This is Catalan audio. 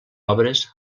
obres